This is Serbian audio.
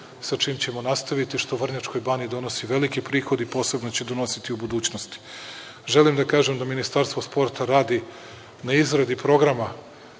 sa čime ćemo nastaviti, što Vrnjačkoj Banji donosi veliki prihod i posebno će donositi u budućnosti. Želim da kažem da Ministarstvo sporta radi na izradi programa